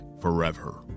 forever